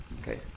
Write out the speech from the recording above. Okay